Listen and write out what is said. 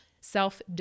Self